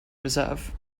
reserve